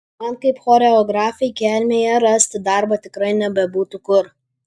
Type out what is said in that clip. man kaip choreografei kelmėje rasti darbą tikrai nebebūtų kur